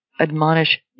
admonish